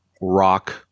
rock